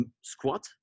squat